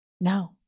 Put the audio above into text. No